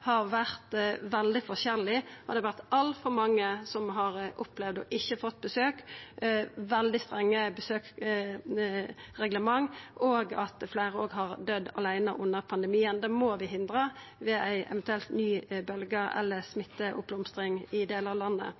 har vore veldig forskjellig. Det er altfor mange som har opplevd ikkje å få besøk på grunn av veldig strenge besøksreglement, og fleire har òg døydd åleine under pandemien. Det må vi hindra ved ei eventuell ny bølgje eller smitteoppblomstring i delar av landet.